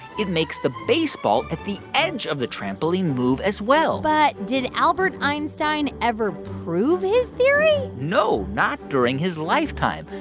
it makes the baseball at the edge of the trampoline move, as well but did albert einstein ever prove his theory? no, not during his lifetime.